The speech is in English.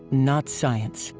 not science.